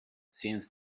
since